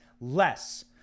less